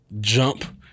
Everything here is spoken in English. jump